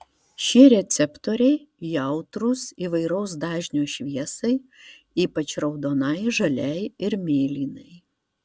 šie receptoriai jautrūs įvairaus dažnio šviesai ypač raudonai žaliai ir mėlynai